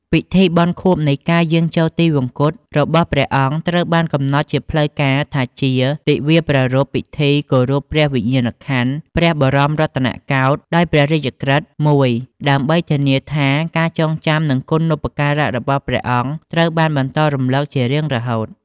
ពិធីបុណ្យខួបនៃការយាងចូលទិវង្គតរបស់ព្រះអង្គត្រូវបានកំណត់ជាផ្លូវការថាជា ទិវាប្រារព្ធពិធីគោរពព្រះវិញ្ញាណក្ខន្ធ ព្រះបរមរតនកោដ្ឋ ដោយព្រះរាជក្រឹត្យមួយ ដើម្បីធានាថាការចងចាំ និងគុណូបការៈរបស់ព្រះអង្គត្រូវបានបន្តរំលឹកជារៀងរហូត។